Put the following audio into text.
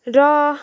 र